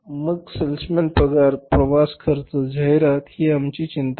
मग salesman पगार प्रवास खर्च जाहिरात ही आमची चिंता नाही